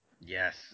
Yes